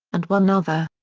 and one other.